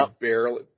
barely